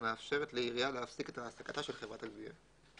המאפשרת לעירייה להפסיק את העסקתה של חברת הגבייה.